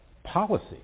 Policy